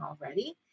already